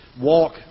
walk